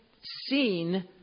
seen